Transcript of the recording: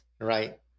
Right